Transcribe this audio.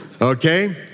Okay